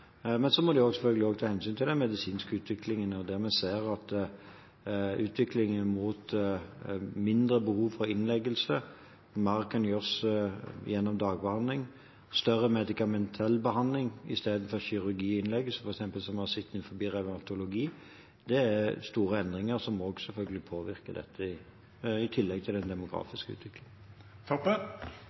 Men så må de også selvfølgelig ta hensyn til den medisinske utviklingen, og der ser vi en utvikling mot mindre behov for innleggelse, at mer kan gjøres gjennom dagbehandling, og at det i større grad blir medikamentell behandling i stedet for kirurgiinnleggelse, slik man har sett innen f.eks. revmatologi. Det er store endringer som også selvfølgelig påvirker dette, i tillegg til den demografiske utviklingen.